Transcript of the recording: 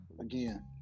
again